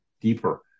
deeper